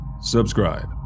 subscribe